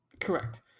correct